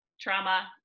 trauma